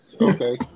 Okay